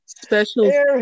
special